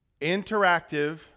interactive